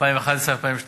2011 2012,